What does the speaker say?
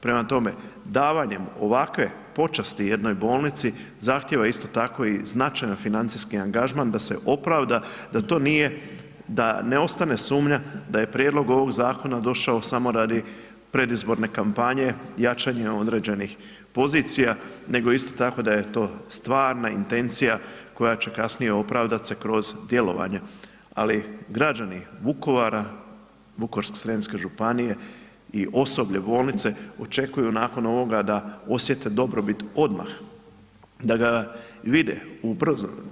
Prema tome, davanjem ovakve počasti jednoj bolnici, zahtjeva isto tako i značajni financijski angažman da se opravda da ne ostane sumnja da je prijedlog ovog zakona došao samo radi predizborne kampanje, jačanje određenih pozicija nego isto tako da je to stvarna intencija koja će kasnije opravdat se kroz djelovanje ali građani Vukovara, Vukovarsko-srijemske županije i osoblje bolnice očekuju nakon ovoga da osjete dobrobit odmah, da vide ubrzo.